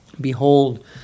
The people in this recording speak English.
Behold